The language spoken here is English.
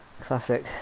Classic